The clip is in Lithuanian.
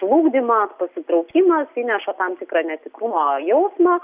žlugdymas pasitraukimas įneša tam tikrą netikrumo jausmą